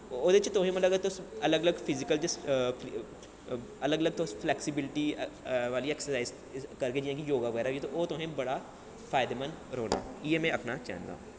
ओह्दे च तुसें मतलब तुस अलग अलग फिजिकल दी अलग अलग तुस फलैक्सिबिल्टी आह्ली ऐक्सरसाइज करगे जियां कि योग बगैरा होई गेआ ओह् तुसें बड़ा फायदेमंद रौह्ना इ'यै में आक्खना चाह्न्नां